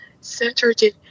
Saturday